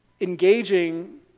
Engaging